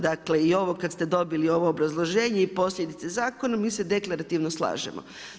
Dakle i ovo kada ste dobili ovo obrazloženje i posljedica zakona mi se deklarativno slažemo.